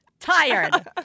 tired